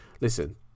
Listen